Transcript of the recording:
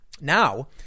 Now